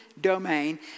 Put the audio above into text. domain